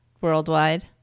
worldwide